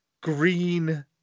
green